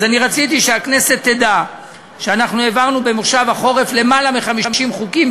אז רציתי שהכנסת תדע שהעברנו במושב החורף למעלה מ-50 חוקים,